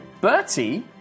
Bertie